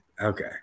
Okay